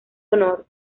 honor